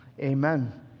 Amen